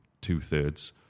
two-thirds